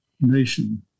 nation